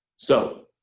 so